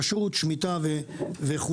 כשרות, שמיטה וכו'.